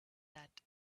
that